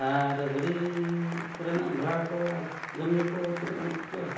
ᱟᱨ ᱜᱟᱹᱰᱤᱻ ᱠᱚᱨᱮᱱᱟᱜ ᱵᱷᱟᱲᱟ ᱠᱚ ᱟᱨ ᱡᱚᱢᱧᱩ ᱠᱚ ᱛᱤᱱᱟᱹᱜ ᱜᱟᱱ ᱠᱷᱚᱨᱪᱚᱜᱼᱟ